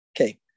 Okay